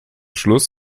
schluss